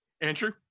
Andrew